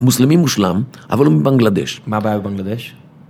מוסלמי מושלם, אבל הוא מבנגלדש. מה הבעיה בבנגלדש?